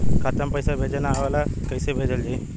खाता में पईसा भेजे ना आवेला कईसे भेजल जाई?